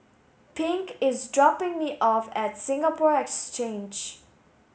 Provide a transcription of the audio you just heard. Pink is dropping me off at Singapore Exchange